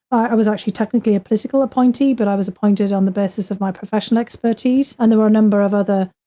i was actually technically a political appointee, but i was appointed on the basis of my professional expertise. and there are a number of other,